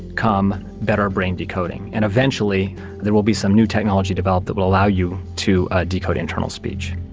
come better brain decoding. and eventually there will be some new technology developed that will allow you to ah decode internal speech.